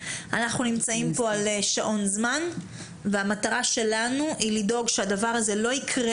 אנחנו נמצאים פה על שעון זמן והמטרה שלנו היא לדאוג שהדבר הזה לא יקרה